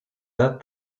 that